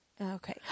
Okay